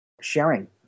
Sharing